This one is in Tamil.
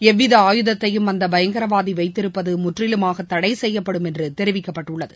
எவ்வித ஆயுதத்தையும் அந்த பயங்கரவாதி வைத்திருப்பது முற்றிலுமாக தடை செய்யப்படும் என்று தெரிவிக்கப்பட்டுள்ளது